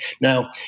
Now